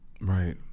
Right